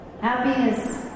Happiness